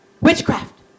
witchcraft